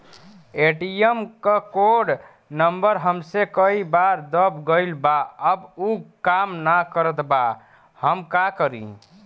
ATM क code number हमसे कई बार दब गईल बा अब उ काम ना करत बा हम का करी?